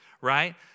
right